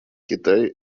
китай